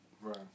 Right